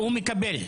הוא מקבל.